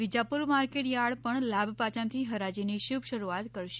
Vijapur market yard પણ લાભપાંચમથી હરાજીની શુભ શરૂઆત કરશે